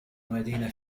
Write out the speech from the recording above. مدينة